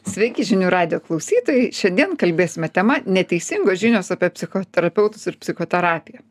sveiki žinių radijo klausytojai šiandien kalbėsime tema neteisingos žinios apie psichoterapeutus ir psichoterapiją